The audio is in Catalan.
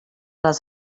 les